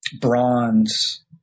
bronze